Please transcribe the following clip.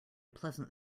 pleasant